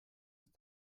ist